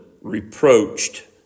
reproached